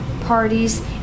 parties